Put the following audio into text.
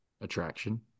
Attraction